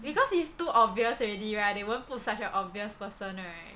because he's too obvious already right they won't put such an obvious person right